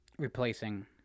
replacing